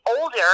older